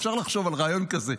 אפשר לחשוב על רעיון כזה.